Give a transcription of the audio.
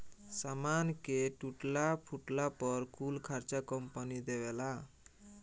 सामान के टूटला फूटला पर कुल खर्चा कंपनी देवेला